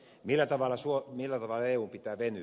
millä tavalla eun pitää venyä